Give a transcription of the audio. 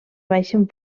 baixen